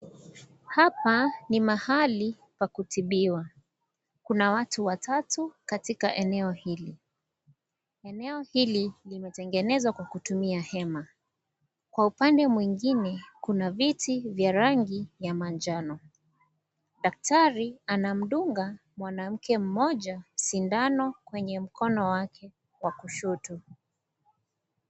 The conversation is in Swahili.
Hapa ni mahali pa kutibiwa. Kuna watu watatu katika eneo hili, eneo hili limetengenezwa kwa kutumia hema. Kwa upande mwingine Kuna viti vya rangi ya manjano. Daktari anamdunga mwanamke mmoja sindano kwenye mkono wake wa kushoto.